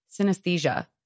synesthesia